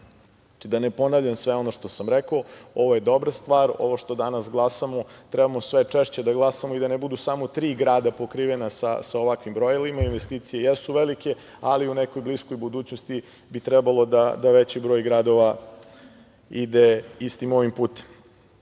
da ne ponavljam sve ono što sam rekao, ovo je dobra stvar, ovo što danas glasamo treba sve češće da glasamo i da ne budu samo tri grada pokrivena sa ovakvim brojilima, investicije jesu velike, ali u nekoj bliskoj budućnosti bi trebalo da veći broj gradova ide istim ovim